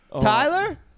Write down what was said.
Tyler